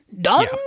Done